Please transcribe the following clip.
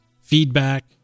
feedback